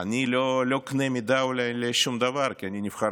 אולי אני לא קנה מידה לשום דבר כי אני נבחר